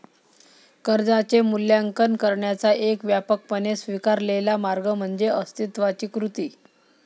कर्जाचे मूल्यांकन करण्याचा एक व्यापकपणे स्वीकारलेला मार्ग म्हणजे अस्तित्वाची कृती